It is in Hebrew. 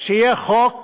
שיהיה חוק